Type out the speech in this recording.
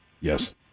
Yes